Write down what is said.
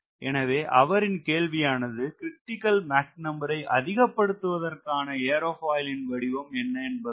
எனவே அவரின் கேள்வியானது க்ரிட்டிக்கல் மாக் நம்பர் ஐ அதிகப்படுத்துவதற்கான ஏரோபாயிலின் வடிவம் என்ன என்பதாகும்